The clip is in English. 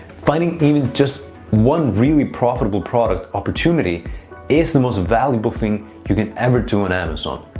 finding even just one really profitable product opportunity is the most valuable thing you can ever do on amazon.